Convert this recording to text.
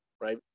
right